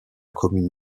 commune